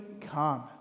come